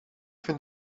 vind